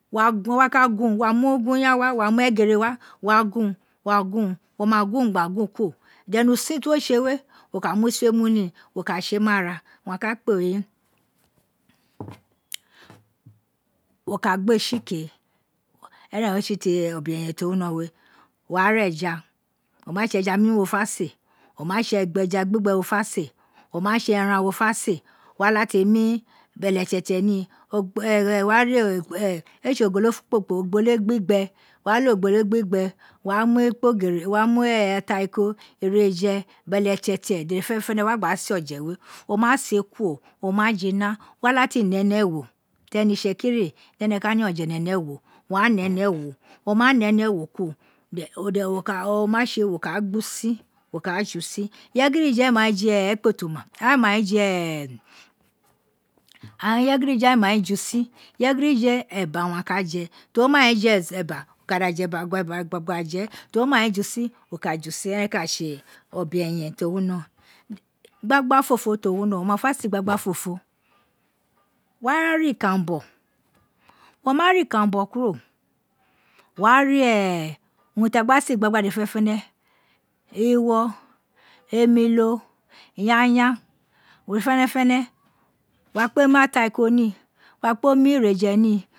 Wo wa wa mu nguyan wa wa mu egere wa wa gun, wa gun, wo má gun gba gun kuro then usin ti wo tse we, wo ka mu si we mu ni, wo ka tse ma ra owun a ka kpe wun wo ka gbe tsi ke, eren re tse ti obẹrẹfen ti o wino we, wo wa ra eja, o ma tse eja gbigbe wo fé se o ma tse eran wo fẹ se wa lati mu ubẹlẹtẹtẹ ni wo bo éé tso ogolo kpokporo, ogolo gbigbe wo wa mu ikpogiri wo wa mu ikpogiri wo wa mu ataiko igherefe, bẹlẹtẹtẹ tede fẹnẹfenẹ wa gba se ọfẹ we, wọ wa se kuro o ma fina wa lati nẹ ni ewọ teri ẹnẹ itsekiri di ene ka nẹ ofẹ ene nẹ wo kuro de wo ma tse wo ka ra gun usin wo ka ra tse usin, ireye gidige éé mai je ekpoto uma aghan éé mai je usin, ireye gidige eba wa ka je, to mai je ebe ka da bu eba gba je to mai je usin o ka da je usin, eren ka tse obeyen to wino gbagba fofo to wino, wo ma fẹ se igbagba ofofo, wa ra ra ikanbo, wo ma ra ikanbo kuro, wa ra urun ti a gba se gbagba dede fẹnẹfẹnẹ, imo, omilo yanyan win fẹnẹfẹnẹ, wo wa kpe me ataiko ni, wo wa kpe mu igho reje ni